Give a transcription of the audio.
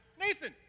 Nathan